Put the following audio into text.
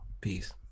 peace